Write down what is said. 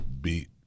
beat